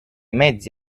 mezzi